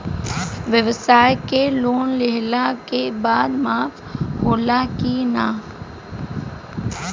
ब्यवसाय के लोन लेहला के बाद माफ़ होला की ना?